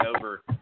over